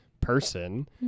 person